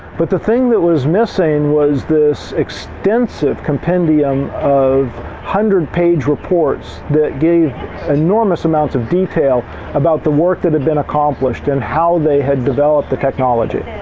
but the thing that was missing was this extensive compendium of hundred-page reports that gave enormous amount of detail about the work that had been accomplished and how they had developed the technology,